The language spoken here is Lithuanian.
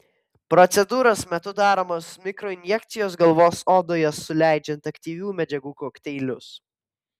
procedūros metu daromos mikroinjekcijos galvos odoje suleidžiant aktyvių medžiagų kokteilius